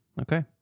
Okay